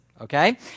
Okay